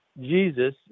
Jesus